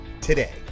today